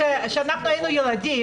כשאנחנו היינו ילדים,